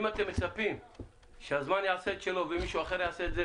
אם אתם מצפים שהזמן יעשה את שלו ומישהו אחר יעשה את זה